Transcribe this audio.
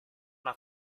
una